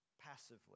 passively